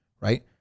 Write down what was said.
right